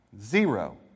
Zero